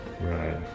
Right